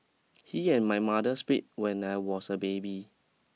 he and my mother split when I was a baby